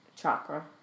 chakra